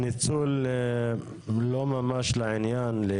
שלא קשורים לעניין,